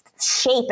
shape